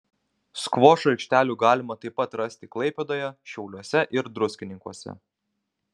skvošo aikštelių galima taip pat rasti klaipėdoje šiauliuose ir druskininkuose